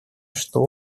что